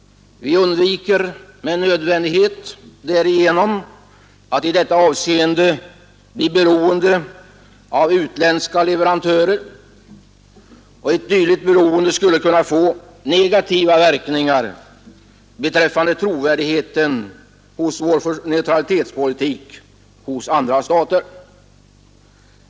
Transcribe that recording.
Vi undviker därigenom med nödvändighet att i detta avseende bli beroende av utländska leverantörer; ett dylikt beroende skulle kunna få negativa verkningar beträffande tilltron till vår neutralitetspolitik hos andra stater.